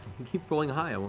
you keep rolling high. um